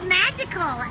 magical